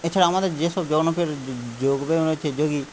এছাড়া আমাদের যে সব জনকের যোগব্যায়াম আছে দেখি